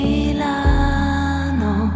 Milano